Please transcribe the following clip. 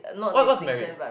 what what's married